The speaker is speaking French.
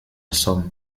somme